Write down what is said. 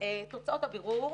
תוצאות הבירור,